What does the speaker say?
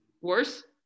Worse